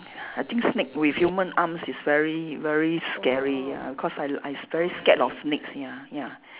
I think snake with human arms is very very scary ah cause I I s~ very scared of snakes ya ya